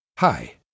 Hi